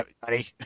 buddy